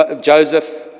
Joseph